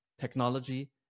technology